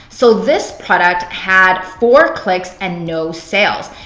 so this product had four clicks and no sales.